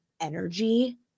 energy